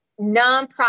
nonprofit